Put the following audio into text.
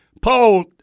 Paul